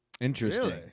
Interesting